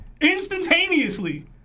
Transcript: instantaneously